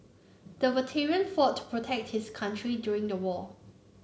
the veteran fought to protect his country during the war